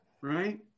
right